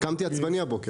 קמתי עצבני הבוקר.